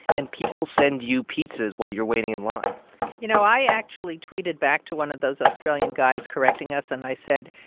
and people send you pizzas while you're waiting in line you know, i actually tweeted back to one of those australian guys correcting us, and i said,